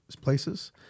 places